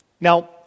Now